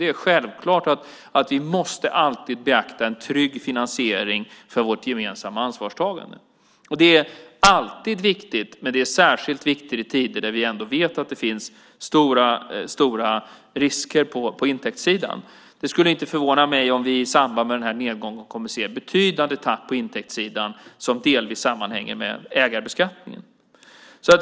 Det är självklart att vi alltid måste beakta en trygg finansiering för vårt gemensamma ansvarstagande. Detta är alltid viktigt, men det är särskilt viktigt i tider när vi vet att det finns stora risker på intäktssidan. Det skulle inte förvåna mig om vi i samband med denna nedgång kommer att se ett betydande tapp på intäktssidan som delvis sammanhänger med ägarbeskattning.